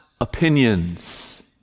opinions